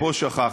פה שכחת.